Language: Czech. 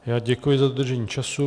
Já děkuji za dodržení času.